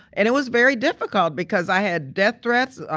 and it was very difficult because i had death threats,